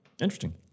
Interesting